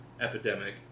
epidemic